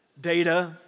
Data